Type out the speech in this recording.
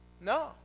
No